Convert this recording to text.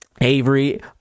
avery